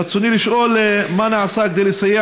ברצוני לשאול: מה נעשה כדי לסייע